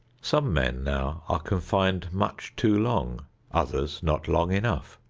some men now are confined much too long others not long enough.